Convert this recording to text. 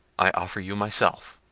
i offer you myself.